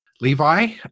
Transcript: Levi